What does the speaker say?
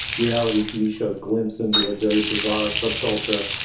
reality tv show glimpse into a very bizarre subculture.